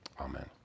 Amen